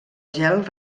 gel